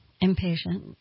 impatient